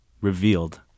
revealed